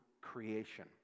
creation